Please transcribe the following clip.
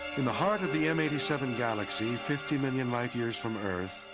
in the heart of the m eight seven galaxy, fifty million light years from earth,